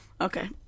Okay